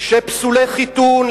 כשפסולי חיתון,